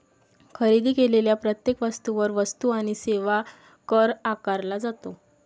खरेदी केलेल्या प्रत्येक वस्तूवर वस्तू आणि सेवा कर आकारला जातो